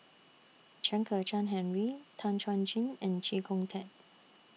Chen Kezhan Henri Tan Chuan Jin and Chee Kong Tet